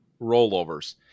rollovers